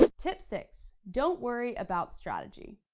ah tip six, don't worry about strategy.